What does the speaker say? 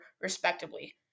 respectively